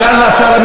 סגן השר,